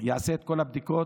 יעשה את כל הבדיקות,